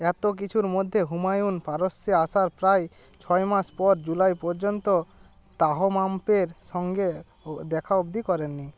এত কিছুর মধ্যে হুমায়ুন পারস্যে আসার প্রায় ছয় মাস পর জুলাই পর্যন্ত তাহমাম্পের সঙ্গে ও দেখা অবধি করেননি